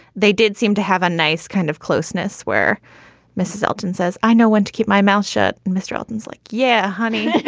they did seem to have a nice kind of closeness where mrs elton says, i know when to keep my mouth shut. mr elton's like, yeah, honey,